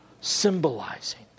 symbolizing